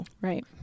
Right